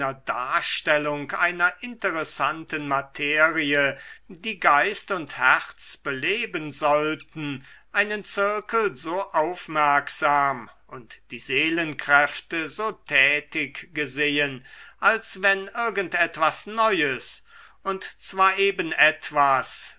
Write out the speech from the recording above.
darstellung einer interessanten materie die geist und herz beleben sollten einen zirkel so aufmerksam und die seelenkräfte so tätig gesehen als wenn irgend etwas neues und zwar eben etwas